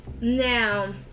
Now